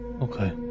Okay